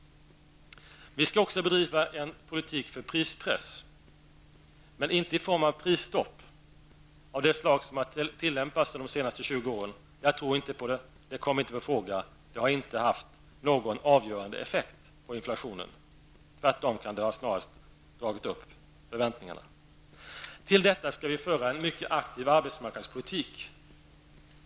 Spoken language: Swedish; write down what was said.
Vi skall bedriva en politik för prispress, men inte i form av prisstopp av det slag som har tillämpats under de senaste 20 åren. Jag tror inte på det. Det kommer inte på fråga. Det har inte haft någon avgörande effekt på inflationen. Tvärtom kan det snarast ha drivit upp förväntningarna. Vi skall föra en mycket aktiv arbetsmarknadspolitik.